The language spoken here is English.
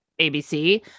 ABC